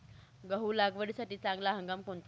गहू लागवडीसाठी चांगला हंगाम कोणता?